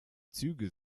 züge